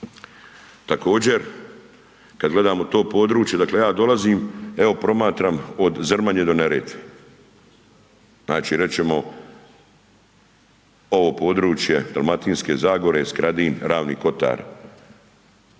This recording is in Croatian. Također kad gledamo to područje odakle ja dolazim, evo promatram od Zrmanje do Neretve, znači rećemo ovo područje Dalmatinske zagore, Skradin, Ravni kotari,